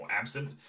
absent